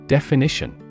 Definition